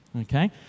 Okay